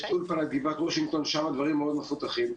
באולפנת גבעת וושינגטון הדברים מאוד מפותחים.